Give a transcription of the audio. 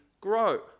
grow